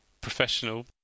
professional